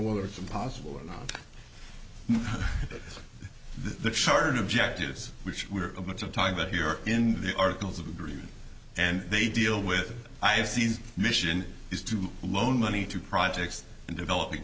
whether it's impossible or the charter and objectives which were of much of time but here in the articles of agreement and they deal with i have seen mission is to loan money to projects in developing